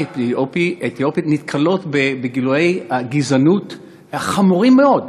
האתיופית נתקלות בגילויי גזענות חמורים מאוד.